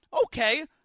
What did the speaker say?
okay